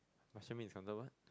bak-chor-mee is considered what